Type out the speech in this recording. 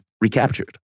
recaptured